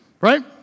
right